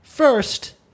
First